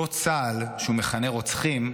אותו צה"ל שהוא מכנה "רוצחים"